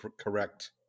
correct